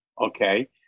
okay